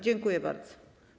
Dziękuję bardzo.